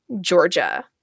Georgia